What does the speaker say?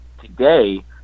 Today